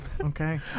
okay